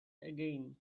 again